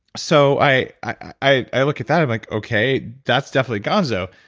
so i i look at that, i'm like okay, that's definitely gonzo,